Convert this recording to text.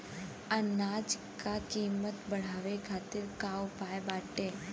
अनाज क कीमत बढ़ावे खातिर का उपाय बाटे?